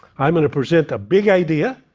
i'm going to present a big idea,